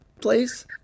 Place